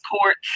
courts